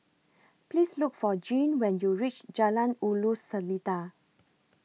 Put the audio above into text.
Please Look For Jean when YOU REACH Jalan Ulu Seletar